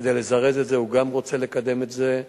כדי לזרז את זה, הוא גם רוצה לקדם את זה.